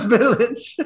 Village